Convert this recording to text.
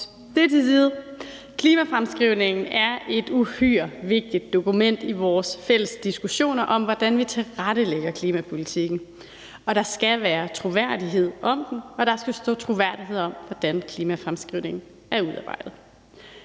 Det til side. Klimafremskrivningen er et uhyre vigtigt dokument i vores fælles diskussioner om, hvordan vi tilrettelægger klimapolitikken, og der skal være troværdighed om den, og der skal stå troværdighed om, hvordan klimafremskrivningen er udarbejdet.